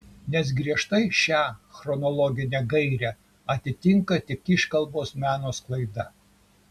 nes griežtai šią chronologinę gairę atitinka tik iškalbos meno sklaida